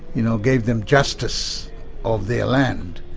you know, gave them justice of their land,